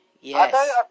Yes